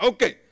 Okay